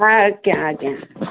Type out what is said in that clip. ହଁ ଆଜ୍ଞା ଆଜ୍ଞା